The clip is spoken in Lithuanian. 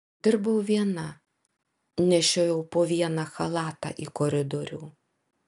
dirbau viena nešiojau po vieną chalatą į koridorių